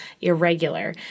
irregular